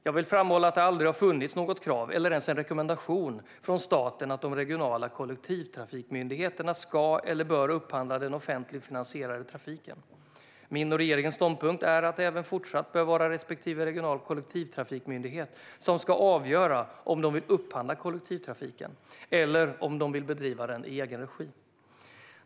Jag vill framhålla att det aldrig har funnits något krav, eller ens en rekommendation, från staten att de regionala kollektivtrafikmyndigheterna ska eller bör upphandla den offentligt finansierade trafiken. Min och regeringens ståndpunkt är att det även fortsatt bör vara respektive regional kollektivtrafikmyndighet som ska avgöra om de vill upphandla kollektivtrafiken eller om de vill bedriva den i egen regi.